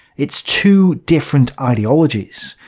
it's two different ideologies.